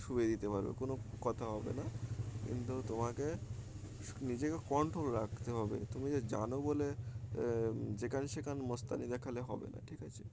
শুইয়ে দিতে পারবে কোনো কথা হবে না কিন্তু তোমাকে নিজেকে কন্ট্রোল রাখতে হবে তুমি যে জানো বলে যেখানে সেখান মস্তানি দেখালে হবে না ঠিক আছে